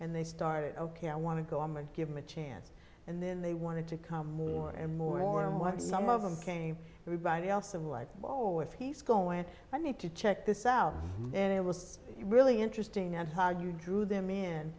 and they started ok i want to go home and give them a chance and then they wanted to come more and more and what some of them came everybody else i'm like oh if he's going i need to check this out and it was really interesting and hard you drew them in